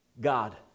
God